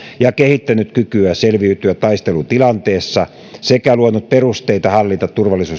ja kehittänyt kykyä selviytyä taistelutilanteessa sekä luonut perusteita hallita turvallisuustilanteita ja alu eita